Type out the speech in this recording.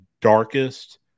darkest